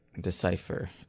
decipher